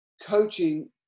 coaching